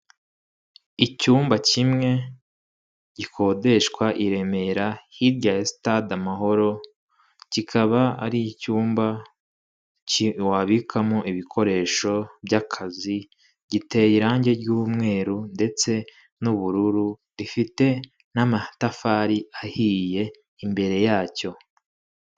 Icyumba kimwe gikodeshwa i Remera hirya ya sitade Amahoro, kikaba ari icyumba wabikamo ibikoresho by'akazi. Giteye irange ry'umweru ndetse n'ubururu, rifite n'amatafari ahiye imbere yacyo.